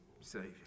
Savior